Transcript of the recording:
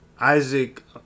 Isaac